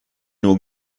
nur